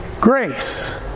Grace